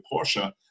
Porsche